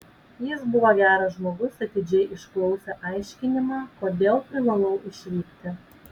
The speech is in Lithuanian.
jis buvo geras žmogus atidžiai išklausė aiškinimą kodėl privalau išvykti